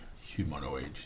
humanoid